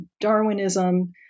Darwinism